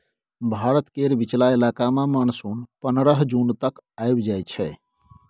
भारत केर बीचला इलाका मे मानसून पनरह जून तक आइब जाइ छै